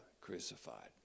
crucified